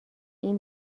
این